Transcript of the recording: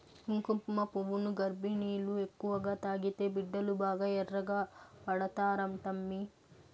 కుంకుమపువ్వు గర్భిణీలు ఎక్కువగా తాగితే బిడ్డలు బాగా ఎర్రగా పడతారంటమ్మీ